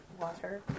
water